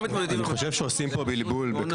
מתמודדים עם --- אני חושב שעושים פה בלבול.